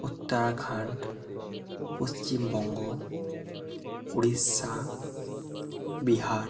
Uttarakhand Paschimbanga Odisha Bihar